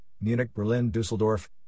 Munich-Berlin-Düsseldorf